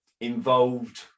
involved